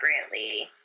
appropriately